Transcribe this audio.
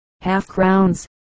half-crowns